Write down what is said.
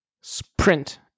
Sprint